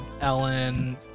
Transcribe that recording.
Ellen